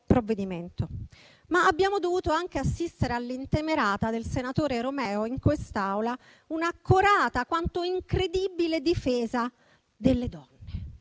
provvedimento. Abbiamo dovuto anche assistere all'intemerata del senatore Romeo in quest'Aula, con un'accorata quanto incredibile difesa delle donne.